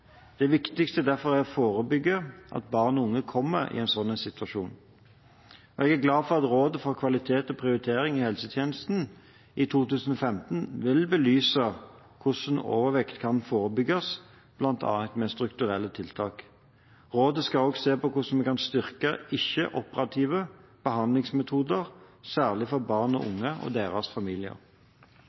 Det viktigste er derfor å forebygge at barn og unge kommer i en sånn situasjon. Jeg er glad for at Nasjonalt råd for kvalitet og prioritering i helsetjenesten i 2015 vil belyse hvordan overvekt kan forebygges, bl.a. med strukturelle tiltak. Rådet skal også se på hvordan vi kan styrke ikke-operative behandlingsmetoder særlig for barn og unge og deres familier.